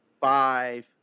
five